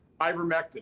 ivermectin